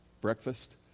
breakfast